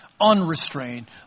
unrestrained